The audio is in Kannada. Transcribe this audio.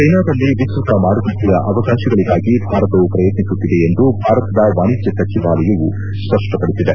ಚ್ಯೆನಾದಲ್ಲಿ ವಿಸ್ತತ ಮಾರುಕಟ್ಟೆಯ ಅವಕಾಶಗಳಿಗಾಗಿ ಭಾರತವು ಶ್ರಯತ್ನಿಸುತ್ತಿದೆ ಎಂದು ಭಾರತದ ವಾಣಿಜ್ಯ ಸಚಿವಾಲಯವು ಸ್ಪಷ್ಟಪಡಿಸಿದೆ